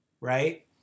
Right